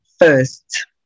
First